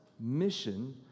mission